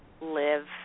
live